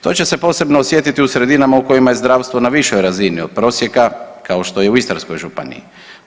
To će se posebno osjetiti u sredinama u kojima je zdravstvo na višoj razini od prosjeka kao što je u Istarskoj županiji.